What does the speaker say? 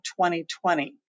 2020